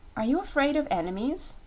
are you afraid of enemies?